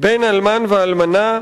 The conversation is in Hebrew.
בין אלמן לאלמנה,